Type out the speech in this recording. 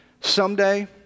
Someday